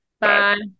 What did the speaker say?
Bye